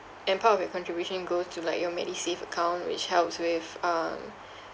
and part of your contribution go to like your MediSave account which helps with um